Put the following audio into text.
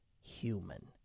human